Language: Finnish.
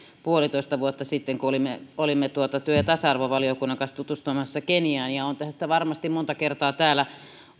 puolitoista vuotta sitten olimme työ ja tasa arvovaliokunnan kanssa tutustumassa keniaan olen tästä varmasti monta kertaa täällä